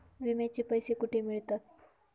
विम्याचे पैसे कुठे मिळतात?